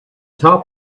top